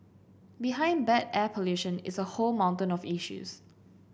behind bad air pollution is a whole mountain of issues